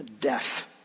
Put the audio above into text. death